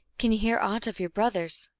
can you hear aught of your brothers?